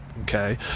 okay